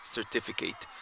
Certificate